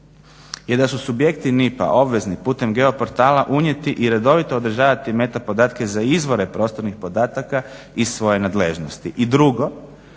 je da su subjekti NIP-a obvezni putem geoportala unijeti i redovito održavati meta podatke za izvore prostornih podataka iz svoje nadležnosti. I drugo,